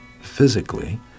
physically